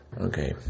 Okay